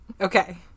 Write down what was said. Okay